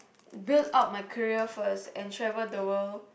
build up my career first and travel the world